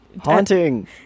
Haunting